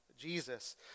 Jesus